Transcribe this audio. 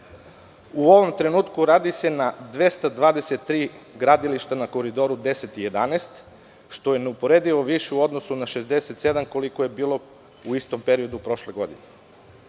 ovom trenutku radi se na 223 gradilišta na Koridoru 10 i 11, što je neuporedivo više u odnosu na 67, koliko je bilo u istom periodu prošle godine.